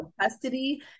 custody